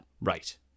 Right